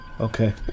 okay